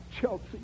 Chelsea